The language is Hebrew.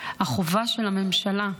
החובה של הממשלה,